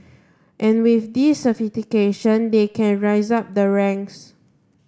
and with this certification they can rise up the ranks